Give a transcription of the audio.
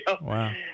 Wow